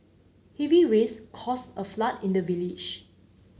heavy rains caused a flood in the village